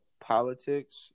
politics